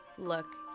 look